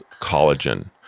collagen